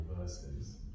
verses